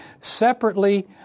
separately